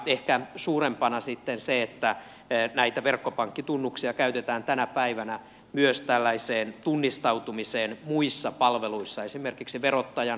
ehkä suurempana on sitten se että näitä verkkopankkitunnuksia käytetään tänä päivänä myös tunnistautumiseen muissa palveluissa esimerkiksi verottajan vero